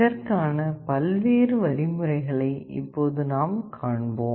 இதற்கான பல்வேறு வழிமுறைகளை இப்போது நாம் காண்போம்